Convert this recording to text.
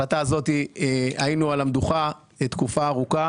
ההחלטה הזאת היינו על המדוכה תקופה ארוכה